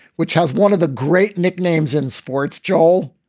which has one of the great nicknames in sports. jawohl.